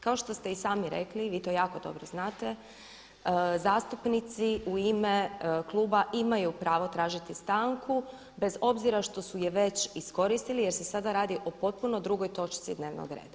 Kao što ste i sami rekli vi to jako dobro znate, zastupnici u ime kluba imaju pravo tražiti stanku bez obzira što su je već iskoristili jer se sada radi o potpuno drugoj točci dnevnog reda.